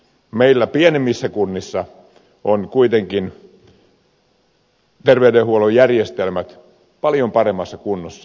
meillä pienemmissä kunnissa on kuitenkin terveydenhuollon järjestelmät paljon paremmassa kunnossa